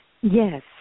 Yes